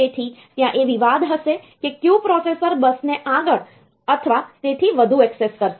તેથી ત્યાં એ વિવાદ હશે કે કયું પ્રોસેસર બસને આગળ અથવા તેથી વધુ ઍક્સેસ કરશે